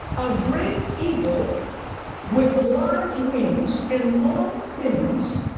a great eagle with large wings and long pinions,